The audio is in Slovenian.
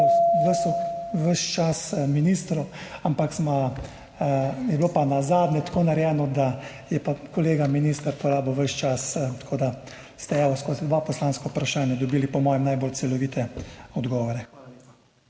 ves čas ministru, ampak je bilo pa nazadnje tako narejeno, da je pa kolega minister porabil ves čas. Tako da ste skozi dve poslanski vprašanji dobili po mojem najbolj celovite odgovore.